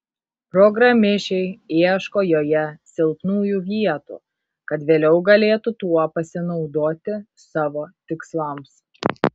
programišiai ieško joje silpnųjų vietų kad vėliau galėtų tuo pasinaudoti savo tikslams